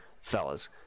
fellas